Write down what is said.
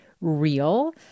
real